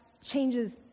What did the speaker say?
changes